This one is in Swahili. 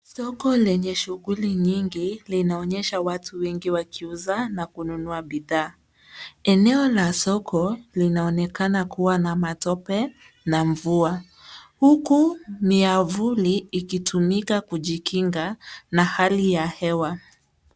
Soko lenye shughuli nyingi linaonyesha watu wengi wakiuza na kununua bidhaa. Eneo la soko linaonekana kuwa na matope na mvua uku miavuli ikitumika kujikinga na hali ya hewa.